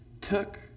took